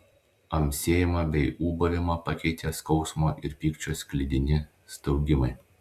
amsėjimą bei ūbavimą pakeitė skausmo ir pykčio sklidini staugimai